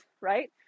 right